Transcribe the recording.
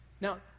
Now